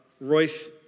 Royce